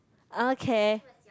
okay